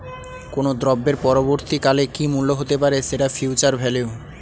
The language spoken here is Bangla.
কোনো দ্রব্যের পরবর্তী কালে কি মূল্য হতে পারে, সেটা ফিউচার ভ্যালু